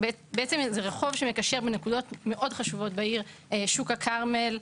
זה רחוב שמקשר בין נקודות מאוד חשובות בעיר כמו שוק הכרמל,